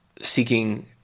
seeking